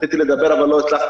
רציתי לדבר כשהוא דיבר ולא הצלחתי.